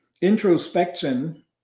introspection